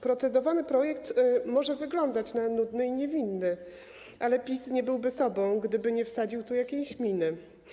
Procedowany projekt może wyglądać na nudny i niewinny, ale PiS nie byłby sobą, gdyby nie wsadził tu jakiejś miny.